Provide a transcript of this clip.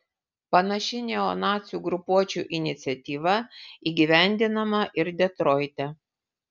panaši neonacių grupuočių iniciatyva įgyvendinama ir detroite